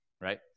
right